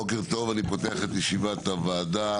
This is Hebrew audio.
בוקר טוב, אני פותח את ישיבת הוועדה.